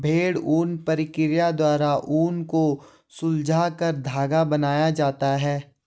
भेड़ ऊन प्रक्रिया द्वारा ऊन को सुलझाकर धागा बनाया जाता है